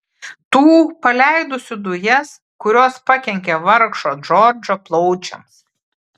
tų paleidusių dujas kurios pakenkė vargšo džordžo plaučiams